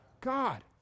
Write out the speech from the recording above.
God